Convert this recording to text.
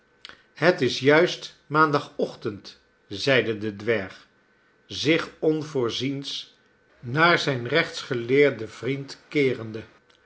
het is juist maandagochtend zeide de dwerg zich onvoorziens naar zijn rechtsgeleerden vriend keerende